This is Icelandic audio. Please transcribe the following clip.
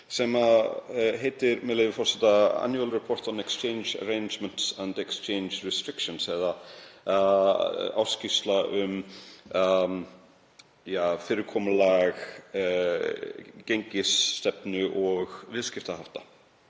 sem heitir, með leyfi forseta „Annual Report on Exchange Arrangements and Exchange Restrictions eða á íslensku Ársskýrsla um fyrirkomulag gengisstefnu og viðskiptahátta.